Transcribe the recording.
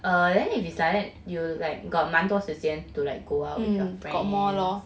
err then if it's like that you like got 蛮多时间 to like go out to meet your friends